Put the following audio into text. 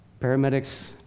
paramedics